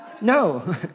No